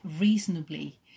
reasonably